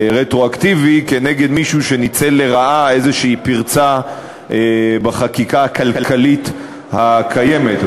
רטרואקטיבי נגד מישהו שניצל לרעה איזו פרצה בחקיקה הכלכלית הקיימת,